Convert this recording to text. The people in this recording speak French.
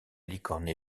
licorne